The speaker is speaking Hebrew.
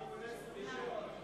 מכיוון שהאי-אמון